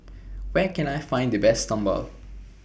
Where Can I Find The Best Sambal